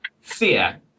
fear